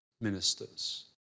ministers